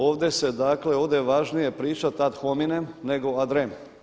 Ovdje se dakle, ovdje je važnije pričati ad hominem nego ad rem.